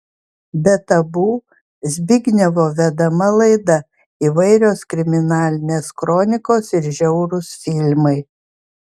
be tabu zbignevo vedama laida įvairios kriminalinės kronikos ir žiaurūs filmai